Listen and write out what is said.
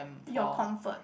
your comfort